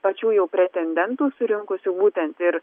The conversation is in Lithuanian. pačių jau pretendentų surinkusių būtent ir